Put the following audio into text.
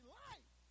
life